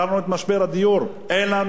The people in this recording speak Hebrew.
אין לנו פתרון למשבר הדיור,